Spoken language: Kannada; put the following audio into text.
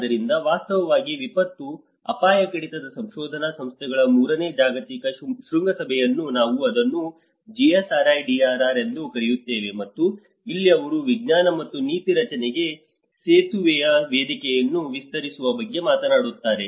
ಆದ್ದರಿಂದ ವಾಸ್ತವವಾಗಿ ವಿಪತ್ತು ಅಪಾಯ ಕಡಿತದ ಸಂಶೋಧನಾ ಸಂಸ್ಥೆಗಳ ಮೂರನೇ ಜಾಗತಿಕ ಶೃಂಗಸಭೆಯನ್ನು ನಾವು ಅದನ್ನು GSRIDRR ಎಂದು ಕರೆಯುತ್ತೇವೆ ಮತ್ತು ಇಲ್ಲಿ ಅವರು ವಿಜ್ಞಾನ ಮತ್ತು ನೀತಿ ರಚನೆಗೆ ಸೇತುವೆಯ ವೇದಿಕೆಯನ್ನು ವಿಸ್ತರಿಸುವ ಬಗ್ಗೆ ಮಾತನಾಡುತ್ತಾರೆ